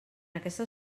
aquesta